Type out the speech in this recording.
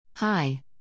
Hi